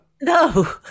No